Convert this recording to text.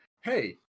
Hey